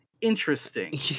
interesting